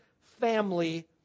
family